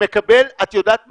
את יודעת מה?